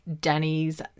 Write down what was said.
Danny's